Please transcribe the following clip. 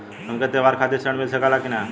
हमके त्योहार खातिर त्रण मिल सकला कि ना?